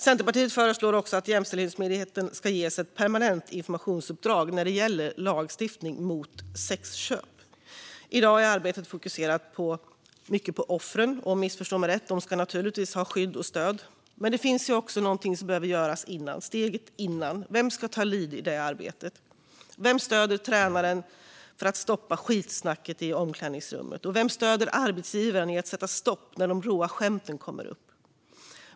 Centerpartiet föreslår också att Jämställdhetsmyndigheten ska ges ett permanent informationsuppdrag när det gäller lagstiftningen mot sexköp. I dag är arbetet fokuserat mycket på offren. Förstå mig rätt: De ska naturligtvis ha skydd och stöd. Men det finns också något som behöver göras steget innan. Vem ska ta lead i det arbetet? Vem stöder tränaren att stoppa skitsnacket i omklädningsrummet? Vem stöder arbetsgivaren i att sätta stopp när de råa skämten kommer upp?